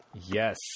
Yes